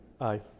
Aye